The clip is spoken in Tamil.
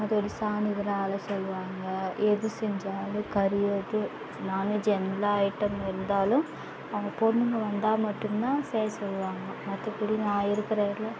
அதோட சாணி கூட அள்ள சொல்லுவாங்க எது செஞ்சாலும் கறி வருது நானும் ஜென்ட்லாக ஐட்டம் இருந்தாலும் அவங்க பொண்ணுங்க வந்தா மட்டும் தான் செய்ய சொல்லுவாங்க மற்றப்படி நான் இருக்கிற வரையில